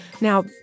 Now